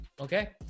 okay